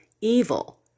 evil